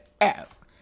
ass